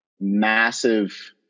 massive